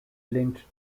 linked